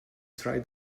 try